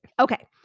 Okay